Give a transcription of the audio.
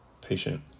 patient